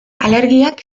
alergiak